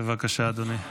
בבקשה, אדוני.